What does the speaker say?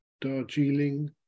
Darjeeling